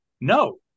No